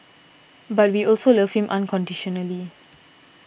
but we also love him unconditionally